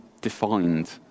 defined